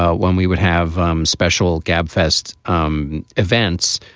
ah when we would have um special gabfests um events.